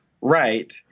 right